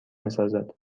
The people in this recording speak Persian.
میسازد